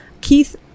keith